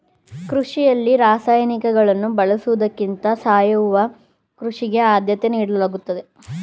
ಕೃಷಿಯಲ್ಲಿ ರಾಸಾಯನಿಕಗಳನ್ನು ಬಳಸುವುದಕ್ಕಿಂತ ಸಾವಯವ ಕೃಷಿಗೆ ಆದ್ಯತೆ ನೀಡಲಾಗುತ್ತದೆ